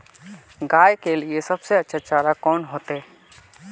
गाय के लिए सबसे अच्छा चारा कौन होते?